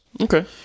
Okay